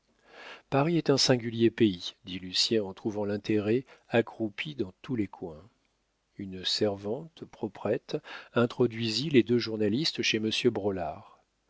paris est un singulier pays dit lucien en trouvant l'intérêt accroupi dans tous les coins une servante proprette introduisit les deux journalistes chez